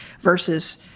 versus